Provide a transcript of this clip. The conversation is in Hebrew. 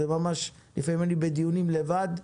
לפעמים אני בדיונים לבד,